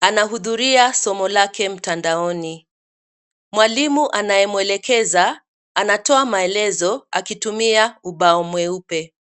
Anahudhuria somo lake mtandaoni. Mwalimu anayemwelekeza anatoa maelezo akitumia ubao mweupe.